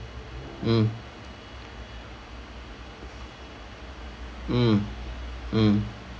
mm mm mm